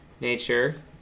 nature